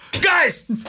Guys